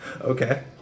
Okay